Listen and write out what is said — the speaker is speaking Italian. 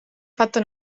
fatto